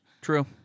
True